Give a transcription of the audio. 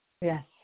Yes